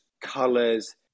colors